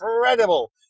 incredible